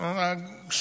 אנחנו חושבים כמוך.